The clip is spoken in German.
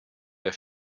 der